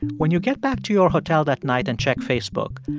when you get back to your hotel that night and check facebook,